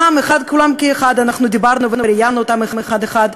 כולם כאחד, אנחנו דיברנו וראיינו אותם אחד-אחד.